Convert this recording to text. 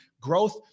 growth